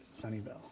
Sunnyvale